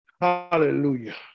Hallelujah